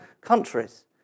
countries